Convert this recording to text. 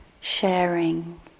sharing